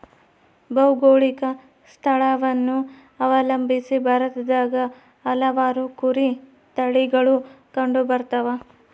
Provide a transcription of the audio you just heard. ಭೌಗೋಳಿಕ ಸ್ಥಳವನ್ನು ಅವಲಂಬಿಸಿ ಭಾರತದಾಗ ಹಲವಾರು ಕುರಿ ತಳಿಗಳು ಕಂಡುಬರ್ತವ